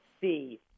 see